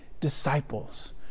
disciples